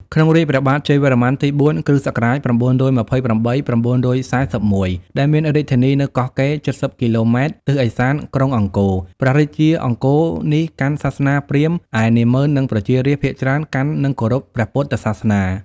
ក្នុងរាជ្យព្រះបាទជ័យវរ្ម័នទី ៤ (គ.ស. ៩២៨-៩៤១) ដែលមានរាជធានីនៅ កោះកេរ ៧០ គ.ម. ទិសឦសានក្រុងអង្គរ ព្រះរាជាអង្គនេះកាន់សាសនាព្រាហ្មណ៍ ឯនាម៉ឺន និង ប្រជារាស្ត្រភាគច្រើនកាន់និងគោរពព្រះពុទ្ធសាសនា ។